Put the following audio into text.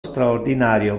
straordinario